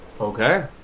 Okay